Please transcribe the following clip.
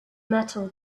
metal